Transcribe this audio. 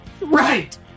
Right